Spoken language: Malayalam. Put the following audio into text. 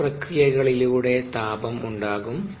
കോശ പ്രക്രിയകളിലൂടെ താപം ഉണ്ടാകും